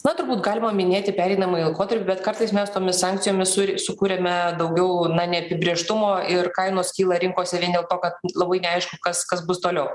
na turbūt galima minėti pereinamąjį laikotarpį bet kartais mes tomis sankcijomis su ir sukuriame daugiau na neapibrėžtumo ir kainos kyla rinkose vien dėl to kad labai neaišku kas kas bus toliau